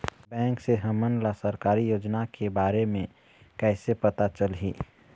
Bank से हमन ला सरकारी योजना के बारे मे कैसे पता चलही?